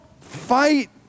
fight